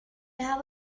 have